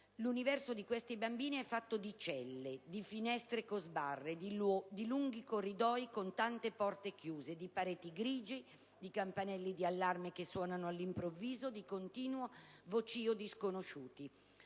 L'universo di questi bambini è fatto di celle, di finestre con sbarre, di lunghi corridoi con tante porte chiuse, di pareti grigie, di campanelli di allarme che suonano all'improvviso, di continuo vocio di sconosciuti.